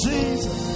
Jesus